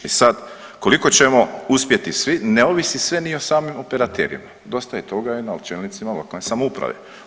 E sad koliko ćemo uspjeti svi ne ovisi sve ni o samim operaterima, dosta je toga i na čelnicima lokalne samouprave.